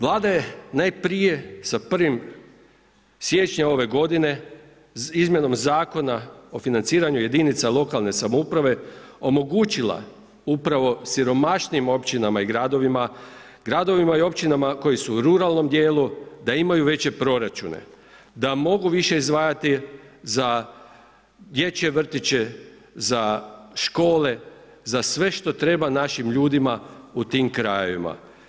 Vlada je najprije sa 1. siječnja ove godine izmjenom Zakona o financiranju jedinica lokalne samouprave omogućila upravo siromašnijim općinama i gradovima, gradovima i općinama koji su u ruralnom dijelu da imaju veće proračune, da mogu više izdvajati za dječje vrtiće, za škole, za sve što treba našim ljudima u tim krajevima.